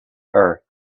earth